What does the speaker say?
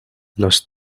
los